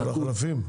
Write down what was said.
של החלפים?